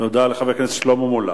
תודה לחבר הכנסת שלמה מולה.